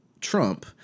Trump